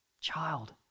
Child